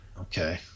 Okay